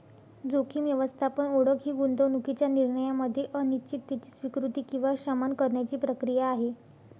जोखीम व्यवस्थापन ओळख ही गुंतवणूकीच्या निर्णयामध्ये अनिश्चिततेची स्वीकृती किंवा शमन करण्याची प्रक्रिया आहे